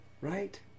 right